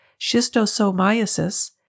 schistosomiasis